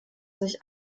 sich